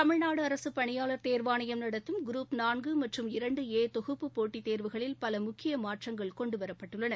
தமிழ்நாடு பணியாளர் தேர்வாணையம் நடத்தும் குரூப் நான்கு மற்றும் இரண்டு ஏ தொகுப்பு போட்டித் தேர்வுகளில் பல முக்கிய மாற்றங்கள் கொண்டு வரப்பட்டுள்ளன